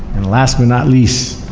and last but not least,